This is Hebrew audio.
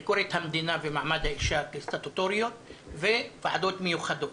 ביקורת המדינה ומעמד האישה וסטטוטוריות וועדות מיוחדות.